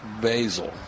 basil